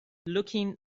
looking